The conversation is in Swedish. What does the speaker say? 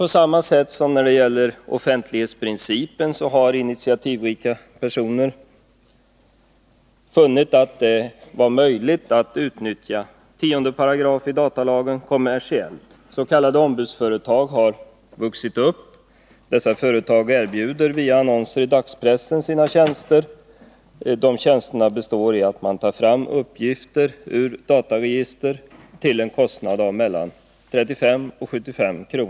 På samma sätt som när det gäller offentlighetsprincipen har initiativrika personer funnit att det var möjligt att utnyttja 10 § datalagen kommersiellt. S. k. ombudsföretag har vuxit upp. Dessa företag erbjuder via annonser i dagspressen sina tjänster. Dessa tjänster består i att man tar fram uppgifter ur dataregister till en kostnad av mellan 35 och 75 kr.